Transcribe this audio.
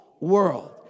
world